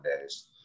days